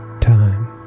time